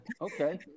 okay